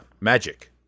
magic